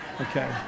Okay